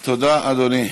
תודה, אדוני.